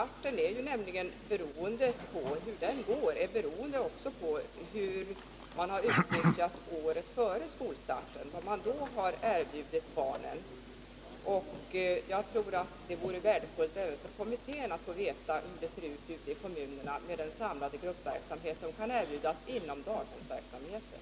Jag menar att hur samverkan mellan förskolan och skolan fungerar också beror på hur året innan har utnyttjats, dvs. hur det går för barnen i skolstarten beror mycket på vilken pedagogisk träning barnen har fått före skolstarten, t.ex. inom ramen för daghemsverksamheten.